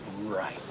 right